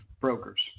brokers